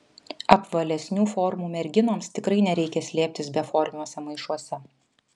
apvalesnių formų merginoms tikrai nereikia slėptis beformiuose maišuose